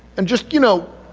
and, just you know,